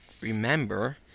remember